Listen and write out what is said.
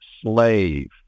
slave